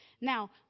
Now